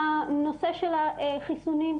הנושא של החיסונים,